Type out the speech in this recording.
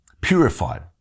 Purified